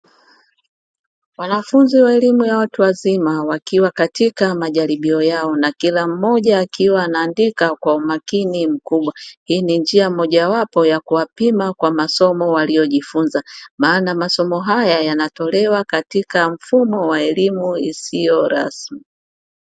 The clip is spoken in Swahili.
Wanafunzi wa elimu ya watu wazima wakiwa katika majaribio yao na kila mmoja akiandika katika umakini mkubwa, hii ni njia mojawapo ya kuwapima kwa masomo waliyojifunza maana masomo hayo yanatolewa katika mfumo wa elimu isiyo rasmi.